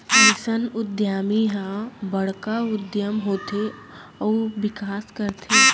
अइसन उद्यमी ह बड़का उद्यम होथे अउ बिकास करथे